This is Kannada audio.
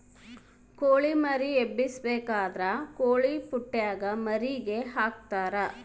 ಕೊಳಿ ಮರಿ ಎಬ್ಬಿಸಬೇಕಾದ್ರ ಕೊಳಿಪುಟ್ಟೆಗ ಮರಿಗೆ ಹಾಕ್ತರಾ